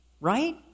right